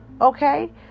Okay